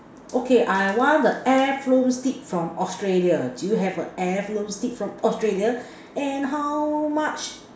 okay I want a air flown steak from Australia do you have a air flown steak from Australia and how much